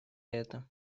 это